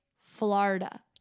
Florida